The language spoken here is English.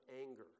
anger